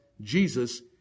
Jesus